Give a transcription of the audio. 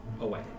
away